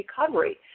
recovery